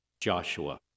Joshua